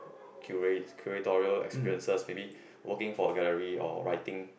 cura~ curatorial experiences maybe working for a gallery or writing